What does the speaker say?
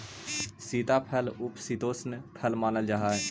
सीताफल उपशीतोष्ण फल मानल जा हाई